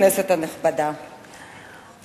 כנסת נכבדה,